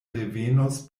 revenos